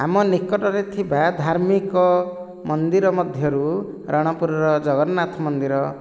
ଆମ ନିକଟରେ ଥିବା ଧାର୍ମିକ ମନ୍ଦିର ମଧ୍ୟରୁ ରଣପୁରର ଜଗନ୍ନାଥ ମନ୍ଦିର